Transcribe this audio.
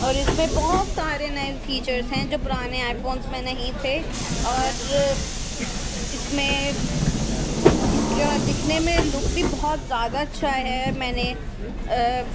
اور اس میں بہت سارے نئے فیچرس ہیں جو پرانے آئی فون میں نہیں تھے اور اس میں اس کا دکھنے میں لک بھی بہت زیادہ اچھا ہے میں نے